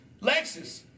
Lexus